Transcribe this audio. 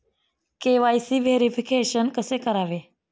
KYC verification कसे करावे?